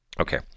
Okay